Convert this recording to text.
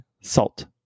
Salt